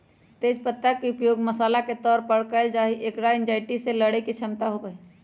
तेज पत्ता के उपयोग मसाला के तौर पर कइल जाहई, एकरा एंजायटी से लडड़े के क्षमता होबा हई